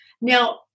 Now